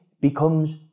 becomes